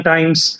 Times